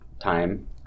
time